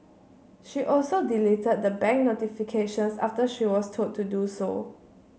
she also deleted the bank notifications after she was told to do so